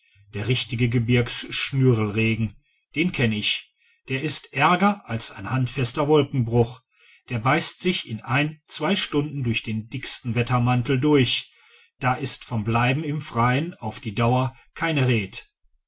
der richtige gebirgs schnürlregen den kenn ich der ist ärger als ein handfester wolkenbruch der beißt sich in ein zwei stunden durch den dicksten wettermantel durch da ist von bleiben im freien auf die dauer keine red